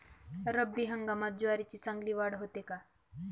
रब्बी हंगामात ज्वारीची चांगली वाढ होते का?